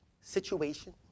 situation